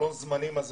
בחלון הזמנים הזה